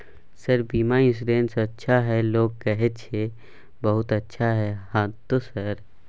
Sir बीमा insurance अच्छा है लोग कहै छै बहुत अच्छा है हाँथो सर?